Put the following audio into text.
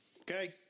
Okay